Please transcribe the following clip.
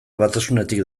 batasunetik